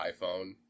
iPhone